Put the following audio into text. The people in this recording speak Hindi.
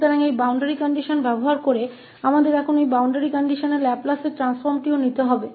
तो इस सीमा की स्थिति का उपयोग करते हुए हमें अब इस सीमा की स्थिति के लाप्लास रूपांतर को भी लेना होगा